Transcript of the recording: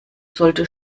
sollte